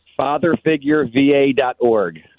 Fatherfigureva.org